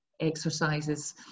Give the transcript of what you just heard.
exercises